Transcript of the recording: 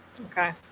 Okay